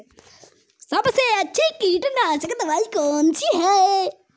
सबसे अच्छी कीटनाशक दवाई कौन सी है?